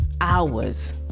Hours